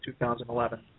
2011